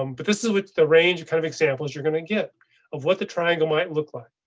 um but this is what the range kind of examples you're going to get of what the triangle might look like,